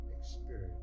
experience